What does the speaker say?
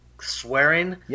swearing